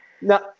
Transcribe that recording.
Now